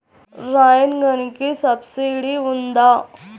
Rain గన్కి subsidy ఉందా?